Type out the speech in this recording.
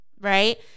right